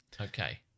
Okay